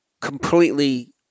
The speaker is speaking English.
completely